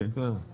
אוקיי.